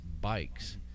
bikes